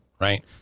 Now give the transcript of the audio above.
right